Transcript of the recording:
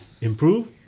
improve